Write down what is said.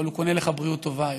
אבל הוא קונה לך בריאות טובה היום.